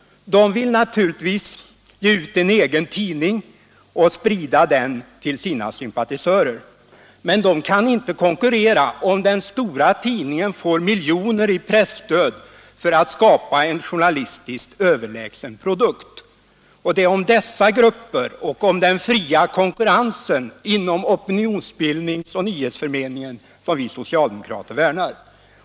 De vill naturligtvis ge ut en egen tidning och sprida den till sina sympatisörer. Men de kan inte konkurrera, om den stora tidningen får miljoner i pressstöd för att skapa en journalistiskt överlägsen produkt. Det är om dessa grupper och om den fria konkurrensen inom opinionsbildning och nyhetsförmedling som vi socialdemokrater värnar.